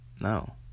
no